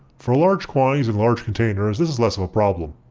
for large quantities in large containers this is less of problem.